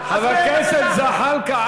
חבר הכנסת זחאלקה.